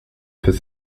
fait